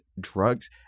drugs